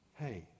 Hey